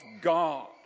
God